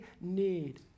need